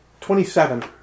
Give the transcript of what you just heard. Twenty-seven